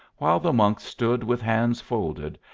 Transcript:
while the monks stood with hands folded,